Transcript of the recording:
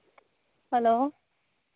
hello